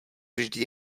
vždy